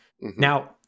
Now